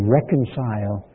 reconcile